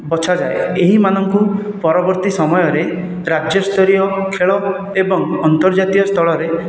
ବଛାଯାଏ ଏହିମାନଙ୍କୁ ପରବର୍ତ୍ତୀ ସମୟରେ ରାଜ୍ୟ ସ୍ତରୀୟ ଖେଳ ଏବଂ ଅନ୍ତର୍ଜାତୀୟ ସ୍ତରରେ